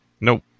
Nope